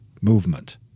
movement